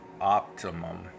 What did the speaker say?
optimum